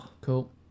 Cool